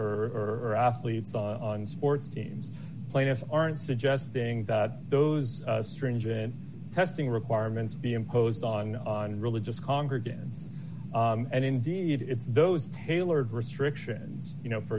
athletes on sports teams players aren't suggesting that those stringent testing requirements be imposed on religious congregations and indeed it's those tailored restrictions you know for